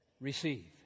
receive